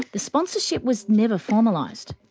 the sponsorship was never formalised.